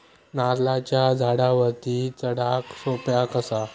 नारळाच्या झाडावरती चडाक सोप्या कसा?